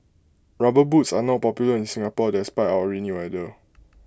rubber boots are not popular in Singapore despite our rainy weather